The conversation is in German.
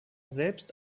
selbst